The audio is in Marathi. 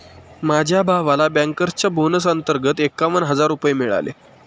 माझ्या भावाला बँकर्सच्या बोनस अंतर्गत एकावन्न हजार रुपये मिळाले